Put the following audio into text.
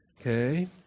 Okay